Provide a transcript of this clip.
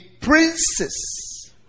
princes